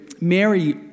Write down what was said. Mary